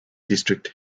district